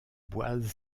boise